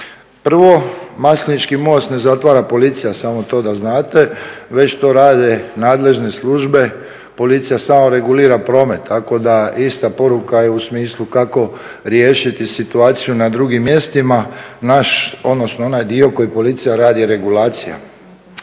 Prvo Maslenički most ne zatvara policija samo to da znate već to rade nadležne službe, policija samo regulira promet. Tako da ista poruka je u smislu kako riješiti situaciju na drugim mjestima. Naš, odnosno onaj dio koji policija radi je regulacija.